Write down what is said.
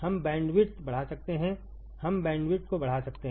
हम बैंडविड्थ बढ़ा सकते हैं हमबैंडविड्थको बढ़ा सकते हैं